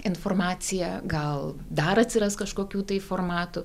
informacija gal dar atsiras kažkokių tai formatų